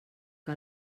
que